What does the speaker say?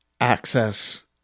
access